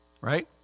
Right